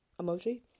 emoji